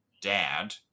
dad